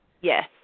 Yes